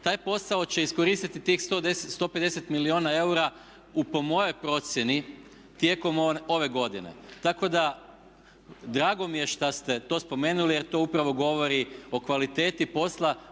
taj posao će iskoristiti tih 150 milijuna eura u, po mojoj procjeni tijekom ove godine. Tako da drago mi je šta ste to spomenuli jer to upravo govori o kvaliteti posla